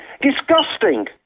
Disgusting